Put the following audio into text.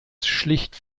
schlicht